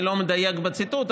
אני לא מדייק בציטוט,